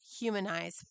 humanize